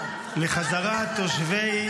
תוציא,